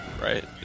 Right